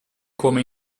come